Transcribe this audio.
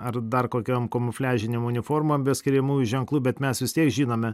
ar dar kokiom kamufliažinėm uniformom be skiriamųjų ženklų bet mes vis tiek žinome